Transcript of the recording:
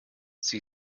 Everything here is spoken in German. sie